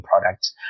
product